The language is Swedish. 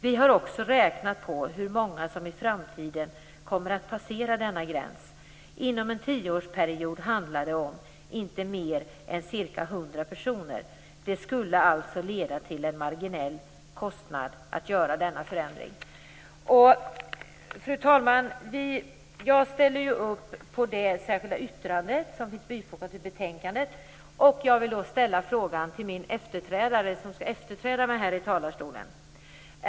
Vi har också räknat på hur många som i framtiden kommer att passera denna gräns. Inom en tioårsperiod handlar det om inte mer än ca 100 personer. Det skulle alltså leda till en marginell kostnad att göra denna förändring." Fru talman! Jag ställer mig bakom det särskilda yttrande som finns bifogat till betänkandet. Jag vill också ställa en fråga till den person som kommer efter mig i talarstolen.